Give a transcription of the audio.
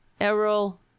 Errol